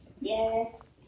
Yes